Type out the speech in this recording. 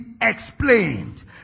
explained